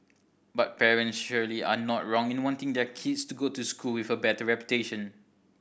but parents surely are not wrong in wanting their kids to go to schools with a better reputation